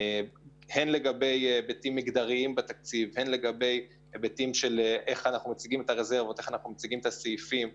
לגבי היבטים מגדריים בתקציב ולגבי הצגת הרזרבות והסעיפים השונים.